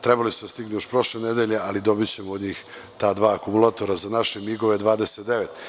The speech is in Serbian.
Trebali su da stignu još prošle nedelje, ali dobićemo od njih ta dva akumulatora za naše migove 29.